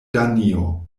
danio